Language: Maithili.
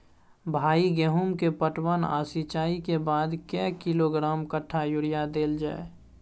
भाई गेहूं के पटवन आ सिंचाई के बाद कैए किलोग्राम कट्ठा यूरिया देल जाय?